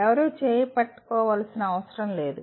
ఎవరూ చేయి పట్టుకోవలసిన అవసరం లేదు